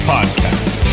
Podcast